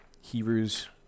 hebrews